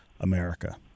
America